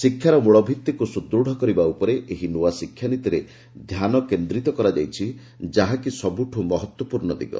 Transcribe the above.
ଶିକ୍ଷାର ମୂଳଭିତ୍ତିକୁ ସୁଦୃଢ଼ କରିବା ଉପରେ ଏହି ନୂଆ ଶିକ୍ଷାନୀତିରେ ଧ୍ୟାନ କେନ୍ଦ୍ରିତ କରାଯାଇଛି ଯାହାକି ଏହାର ସବୁଠୁ ମହତ୍ତ୍ୱପୂର୍ଷ୍ଣ ଦିଗ